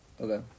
Okay